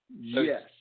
Yes